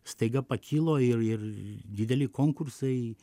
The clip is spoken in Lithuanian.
staiga pakilo ir ir dideli konkursai